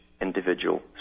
individual